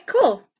cool